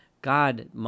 God